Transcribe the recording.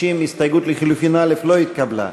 60. הסתייגות לחלופין (א) לא התקבלה.